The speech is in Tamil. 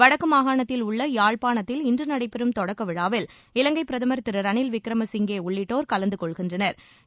வடக்கு மாகாணத்தில் உள்ள யாழ்ப்பாணத்தில் இன்று நடைபெறும் தொடக்க விழாவில் இலங்கை பிரதம் திரு ரணில் விக்ரம சிங்கே உள்ளிட்டோா் கலந்துகொள்கின்றனா்